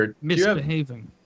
misbehaving